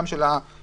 גם של המצביעים.